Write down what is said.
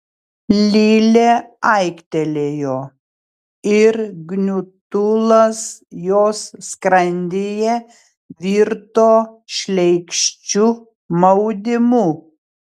lilė aiktelėjo ir gniutulas jos skrandyje virto šleikščiu maudimu